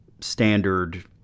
standard